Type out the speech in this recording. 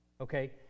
okay